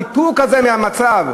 הניתוק הזה מהמצב.